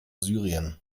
syrien